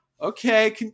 okay